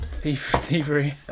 Thievery